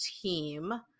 team